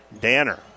Danner